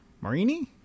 Marini